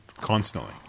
constantly